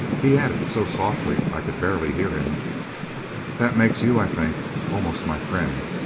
he added, so softly i could barely hear him that makes you, i think, almost my friend.